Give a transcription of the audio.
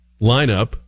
lineup